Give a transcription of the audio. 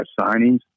signings